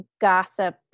gossip